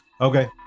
Okay